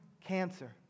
cancer